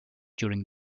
during